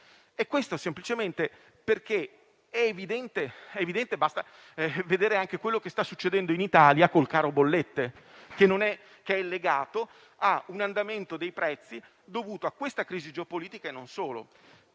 e questo semplicemente perché è evidente. Basta vedere quello che sta succedendo in Italia con il caro bollette, che è legato a un andamento dei prezzi dovuto alla crisi geopolitica, e non solo.